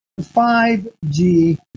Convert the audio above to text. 5G